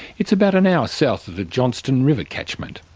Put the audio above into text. it's about an hour south of the johnstone river catchment.